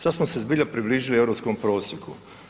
Sad smo se zbilja približili europskom prosjeku.